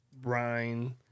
brine